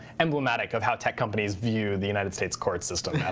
emblematic of how tech companies view the united states court system yeah